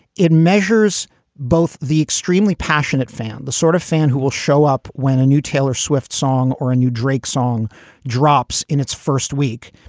it measures both the extremely passionate fan, the sort of fan who will show up when a new taylor swift song or a new drake song drops in its first week.